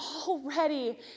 already